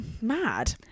mad